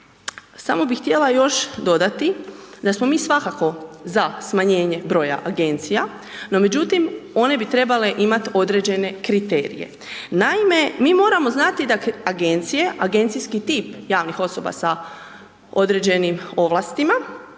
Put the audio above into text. Samo bi htjela još dodati, da smo mi svakako za smanjenje broja agencija, no međutim, one bi trebale imati određene kriterije. Naime, mi moramo znati da agencije, agencijski tip javnih osoba sa određenim ovlastima,